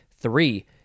Three